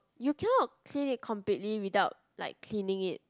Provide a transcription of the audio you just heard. you cannot clear it completely without like cleaning it